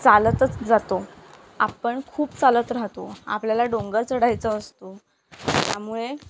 चालतच जातो आपण खूप चालत राहतो आपल्याला डोंगर चढायचा असतो त्यामुळे